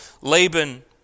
Laban